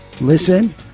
Listen